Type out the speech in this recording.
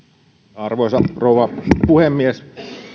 arvoisa rouva puhemies